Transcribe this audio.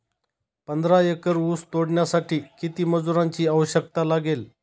पंधरा एकर ऊस तोडण्यासाठी किती मजुरांची आवश्यकता लागेल?